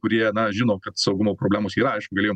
kurie na žino kad saugumo problemos yra na aišku galėjom